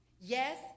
yes